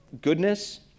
goodness